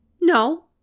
No